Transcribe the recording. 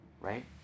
right